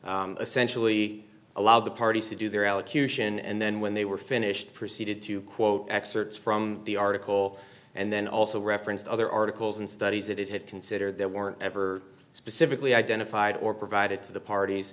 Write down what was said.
downwards essentially allow the parties to do their elocution and then when they were finished proceeded to quote excerpts from the article and then also referenced other articles and studies that it had considered there were ever specifically identified or provided to the parties